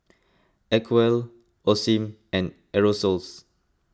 Acwell Osim and Aerosoles